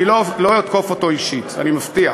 אני לא אתקוף אותו אישית, אני מבטיח.